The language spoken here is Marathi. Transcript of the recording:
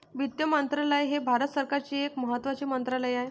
वित्त मंत्रालय हे भारत सरकारचे एक महत्त्वाचे मंत्रालय आहे